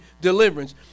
deliverance